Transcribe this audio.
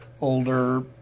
older